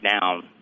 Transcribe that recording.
down